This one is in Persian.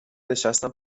نشستن